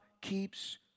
keeps